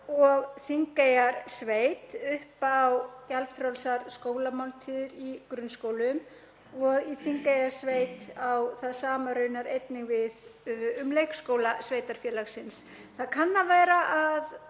og Þingeyjarsveit upp á gjaldfrjálsar skólamáltíðir í grunnskólum og í Þingeyjarsveit á það sama raunar einnig við um leikskóla sveitarfélagsins. Það kann að vera að